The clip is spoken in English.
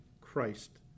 Christ